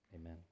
amen